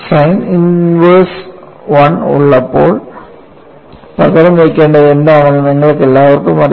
sign inverse 1 ഉള്ളപ്പോൾ പകരം വയ്ക്കേണ്ടത് എന്താണ് എന്ന് നിങ്ങൾക്കെല്ലാവർക്കും അറിയാം